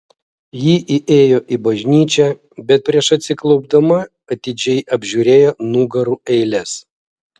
ji įėjo į bažnyčią bet prieš atsiklaupdama atidžiai apžiūrėjo nugarų eiles